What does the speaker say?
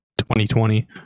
2020